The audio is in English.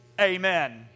amen